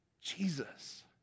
Jesus